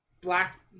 black